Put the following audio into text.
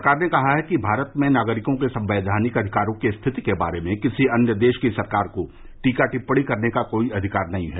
सरकार ने कहा है कि भारत में नागरिकों के संवैधानिक अधिकारों की स्थिति के बारे में किसी अन्य देश की सरकार को टीका टिप्पणी करने का कोई अधिकार नहीं है